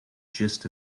gist